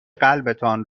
قلبتان